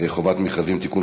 חובת המכרזים (תיקון,